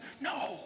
No